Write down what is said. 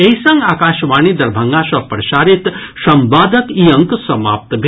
एहि संग आकाशवाणी दरभंगा सँ प्रसारित संवादक ई अंक समाप्त भेल